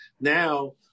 Now